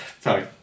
Sorry